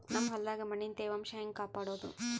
ನಮ್ ಹೊಲದಾಗ ಮಣ್ಣಿನ ತ್ಯಾವಾಂಶ ಹೆಂಗ ಕಾಪಾಡೋದು?